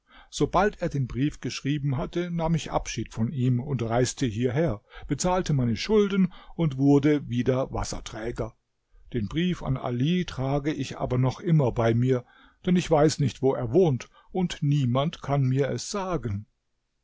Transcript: sobald er den brief geschrieben hatte nahm ich abschied von ihm und reiste hierher bezahlte meine schulden und wurde wieder wasserträger den brief an ali trage ich aber noch immer bei mir denn ich weiß nicht wo er wohnt und niemand kann mir es sagen